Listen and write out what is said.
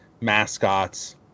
mascots